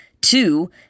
Two